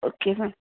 okay ma'am